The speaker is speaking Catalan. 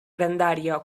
grandària